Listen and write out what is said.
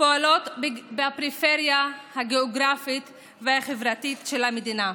פועלות בפריפריה הגיאוגרפית והחברתית של המדינה.